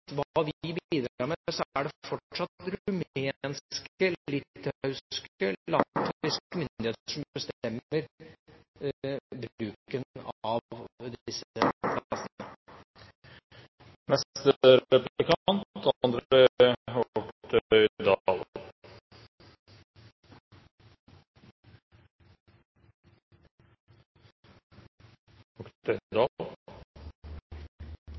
hva vi bidrar med, er det fortsatt rumenske, litauiske eller latviske myndigheter som bestemmer bruken av disse